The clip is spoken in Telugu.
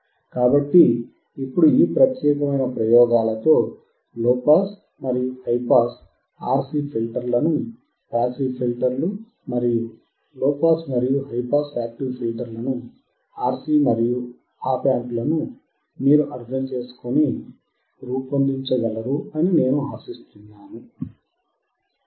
కాబట్టి ఇప్పుడు ఈ ప్రత్యేకమైన ప్రయోగాలతో లోపాస్ మరియు హైపాస్ RC ఫిల్టర్లను పాసివ్ ఫిల్టర్లు మరియు లోపాస్ మరియు హై పాస్ యాక్టివ్ ఫిల్టర్లను RC మరియు ఆప్ యాంప్ లను మీరు అర్థం చేసుకొని మీరు రూపొందించగలరు అని నేను ఆశిస్తున్నాను అని